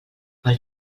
pel